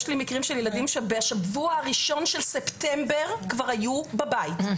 יש לי מקרים של ילדים שבשבוע הראשון של ספטמבר כבר היו בבית.